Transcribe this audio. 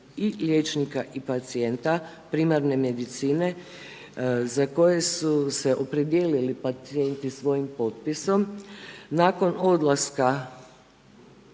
i liječnika i pacijenta primarne medicine za koje su se opredijelili pacijenti svojim potpisom, nakon odlaska